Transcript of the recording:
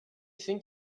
think